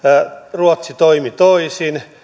ruotsi toimi toisin